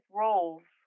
roles